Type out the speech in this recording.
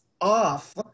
off